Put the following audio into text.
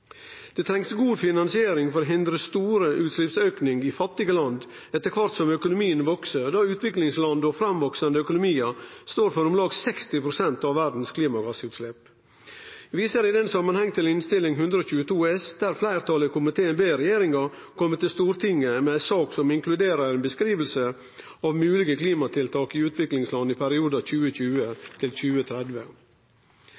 Det trengst god finansiering for å hindre store utsleppsaukar i fattige land etter kvart som økonomien veks, da utviklingsland og framveksande økonomiar står for om lag 60 pst. av verdas klimagassutslepp. Eg viser i den samanhengen til Innst. 122 S for 2014–2015, der fleirtalet i komiteen ber regjeringa kome til Stortinget med ei sak som inkluderer ei beskriving av moglege klimatiltak i utviklingsland i